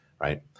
right